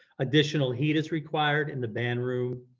additional heat is required in the band room,